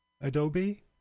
Adobe